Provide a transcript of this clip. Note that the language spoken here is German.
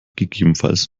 gegebenenfalls